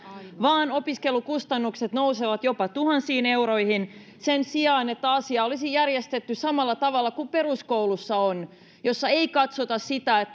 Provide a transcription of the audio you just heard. vaan opiskelukustannukset nousevat jopa tuhansiin euroihin sen sijaan että asia olisi järjestetty samalla tavalla kuin peruskoulussa missä ei katsota sitä